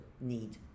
need